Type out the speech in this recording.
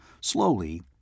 Slowly